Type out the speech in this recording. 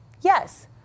Yes